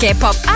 K-pop